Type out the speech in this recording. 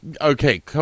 okay